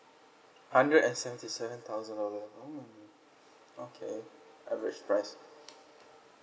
hundred and seventy seven thousand dollar oh okay average price